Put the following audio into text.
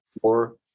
four